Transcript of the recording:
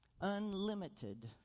Unlimited